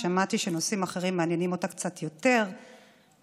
שמעתי שנושאים אחרים מעניינים אותה קצת יותר ולכן